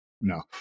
No